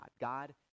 God